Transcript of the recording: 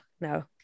no